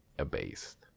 abased